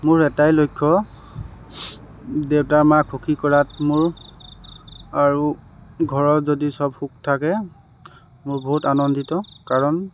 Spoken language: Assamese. মোৰ এটাই লক্ষ্য দেউতা মাক সুখী কৰাত মোৰ আৰু ঘৰৰ যদি চব সুখ থাকে মই বহুত আনন্দিত কাৰণ